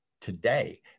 Today